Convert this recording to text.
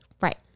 Right